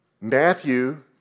Matthew